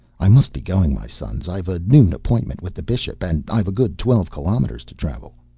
i must be going, my sons. i've a noon appointment with the bishop, and i've a good twelve kilometers to travel.